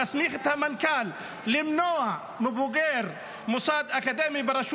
להסמיך את המנכ"ל למנוע מבוגר מוסד אקדמי ברשות